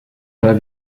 tas